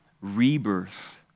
rebirth